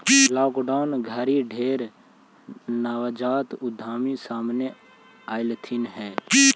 lockdown घरी ढेर नवजात उद्यमी सामने अएलथिन हे